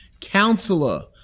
Counselor